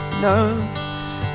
No